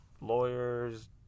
lawyers